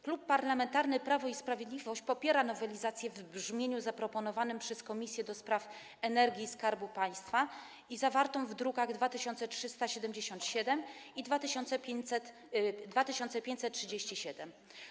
Klub Parlamentarny Prawo i Sprawiedliwość popiera nowelizację w brzmieniu zaproponowanym przez Komisję do Spraw Energii i Skarbu Państwa zawartą w drukach nr 2377 i 2537.